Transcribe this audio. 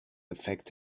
affect